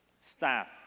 staff